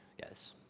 Yes